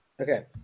Okay